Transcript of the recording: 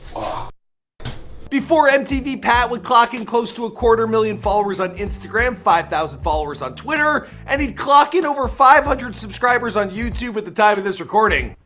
ah before mtv pat would clock in close to a quarter million followers on instagram, five k followers on twitter and would clock in over five hundred subscribers on youtube at the time of this recording.